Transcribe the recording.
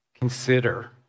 consider